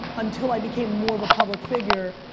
until i became more of a public figure,